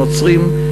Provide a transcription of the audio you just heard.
הנוצרים,